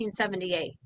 1978